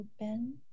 open